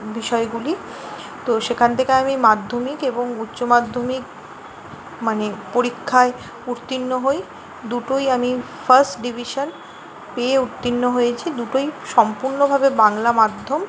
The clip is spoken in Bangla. বিষয়গুলি তো সেখান থেকে আমি মাধ্যমিক এবং উচ্চমাধ্যমিক মানে পরীক্ষায় উত্তীর্ণ হই দুটোই আমি ফার্স্ট ডিভিশান পেয়ে উত্তীর্ণ হয়েছি দুটোই সম্পূর্ণভাবে বাংলা মাধ্যম